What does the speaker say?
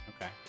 Okay